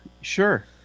Sure